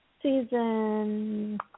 Season